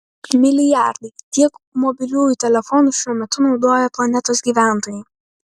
milijardai tiek mobiliųjų telefonų šiuo metu naudoja planetos gyventojai